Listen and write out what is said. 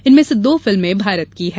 इनमें से दो फिल्में भारत की हैं